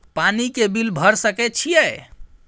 पानी के बिल भर सके छियै?